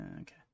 okay